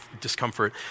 discomfort